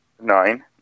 Nine